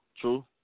true